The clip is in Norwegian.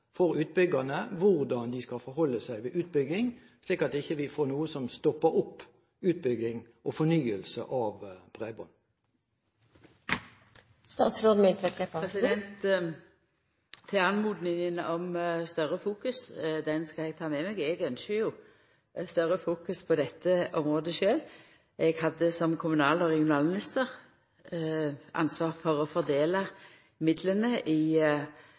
for utbyggerne hvordan de skal forholde seg ved utbygging, slik at vi ikke får noe som stopper opp utbygging og fornyelse av bredbånd? Oppmodinga om større fokus skal eg ta med meg. Eg ynskjer jo større fokus på dette området sjølv. Eg hadde som kommunal- og regionalminister ansvar for å